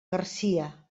garcia